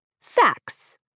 Facts